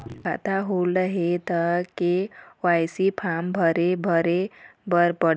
खाता होल्ड हे ता के.वाई.सी फार्म भरे भरे बर पड़ही?